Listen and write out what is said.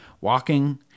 walking